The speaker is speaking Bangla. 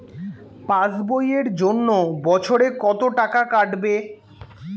পাস বইয়ের জন্য বছরে কত টাকা কাটবে?